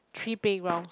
three playgrounds